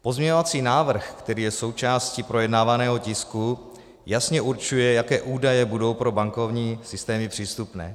Pozměňovací návrh, který je součástí projednávaného tisku, jasně určuje, jaké údaje budou pro bankovní systémy přístupné.